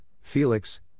Felix